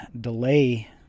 delay